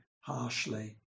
harshly